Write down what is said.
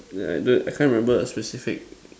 the I can't remember a specific